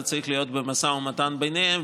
זה צריך להיות במשא ומתן ביניהם,